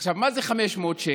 עכשיו, מה זה 500 שקלים?